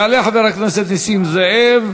יעלה חבר הכנסת נסים זאב,